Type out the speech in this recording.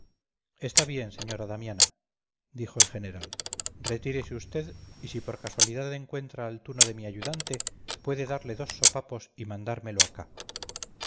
está bien señora damiana dijo el general retírese usted y si por casualidad encuentra al tuno de mi ayudante puede darle dos sopapos y mandármelo acá